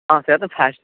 ହଁ ସେୟା ତ ଫାର୍ଷ୍ଟ